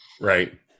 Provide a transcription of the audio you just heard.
Right